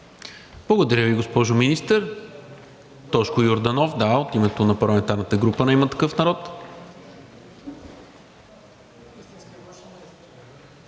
Благодаря Ви, госпожо Министър. Тошко Йорданов от името на парламентарната група на „Има такъв народ“.